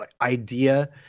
idea